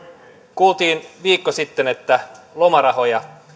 kuultiin viikko sitten että lomarahoja